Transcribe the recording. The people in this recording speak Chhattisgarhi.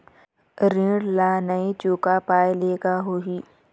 ऋण ला नई चुका पाय ले का होही?